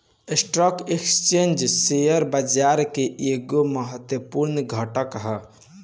stock exchange share बाजार के एगो महत्वपूर्ण घटक ह